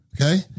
okay